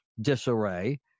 disarray